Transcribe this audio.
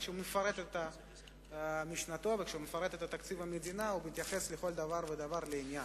וכשהוא מפרט את משנתו ואת תקציב המדינה הוא מתייחס לכל דבר ודבר לעניין.